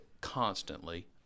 constantly